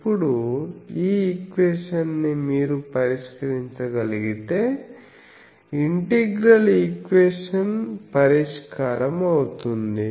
ఇప్పుడు ఈ ఈక్వేషన్ ని మీరు పరిష్కరించగలిగితే ఇంటిగ్రల్ ఈక్వేషన్ పరిష్కారం అవుతుంది